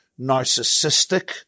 narcissistic